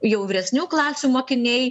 jau vyresnių klasių mokiniai